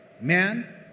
man